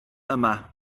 yma